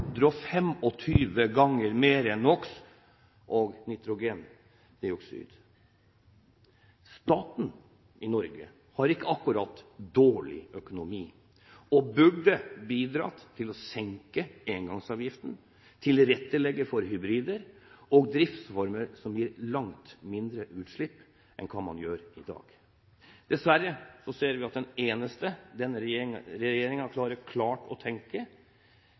ganger mer nitrogendioksid. Staten har ikke akkurat dårlig økonomi og burde ha bidratt til å senke engangsavgiften, tilrettelegge for hybrider og driftsformer som gir langt mindre utslipp enn i dag. Dessverre ser vi at det eneste denne regjeringen har klart å tenke,